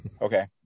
Okay